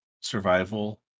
survival